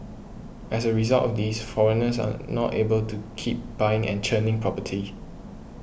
as a result of these foreigners are not able to keep buying and churning property